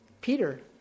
Peter